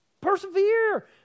persevere